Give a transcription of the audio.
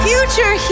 Future